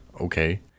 Okay